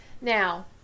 Now